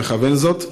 מכוון זאת.